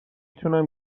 تونم